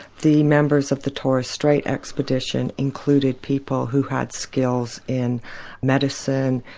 the members of the torres strait expedition included people who had skills in medicine,